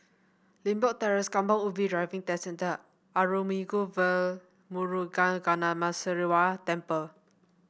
Limbok Terrace Kampong Ubi Driving Test Centre Arulmigu Velmurugan Gnanamuneeswarar Temple